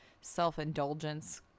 self-indulgence